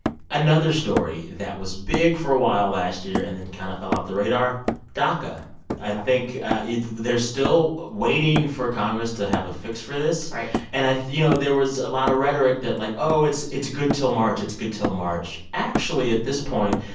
another story that was big for a while last year and then kind of fell off the radar daca yeah i think they're still waiting for congress to have a fix for this right and i you know, there was a lot of rhetoric that, like, oh, it's it's good till march. it's good till march. actually, at this point,